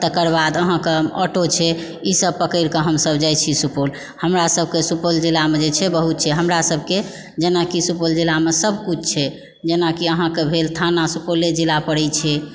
तकर बाद अहाँकऽ ऑटो छै ईसभ पकड़िके हमसब जाइ छी सुपौल हमरा सभकऽ सुपौल जिलामे जे छै नऽ बहुत छै हमरा सभके जेनाकि सुपौल जिलामे सभ कुछ छै जेनाकि अहाँकऽ भेल थाना सुपौले जिला पड़ैत छै